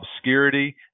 obscurity